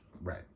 Right